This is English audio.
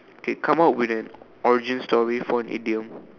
okay come up with an origin story for an idiom